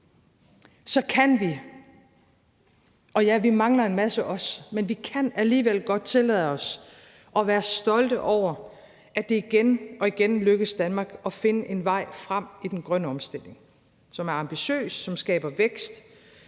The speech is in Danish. om vi stadig mangler en masse, kan vi alligevel godt tillade os at være stolte over, at det igen og igen lykkes Danmark at finde en vej frem i den grønne omstilling, som er ambitiøs, som skaber vækst,